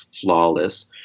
flawless